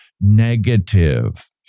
negative